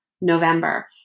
November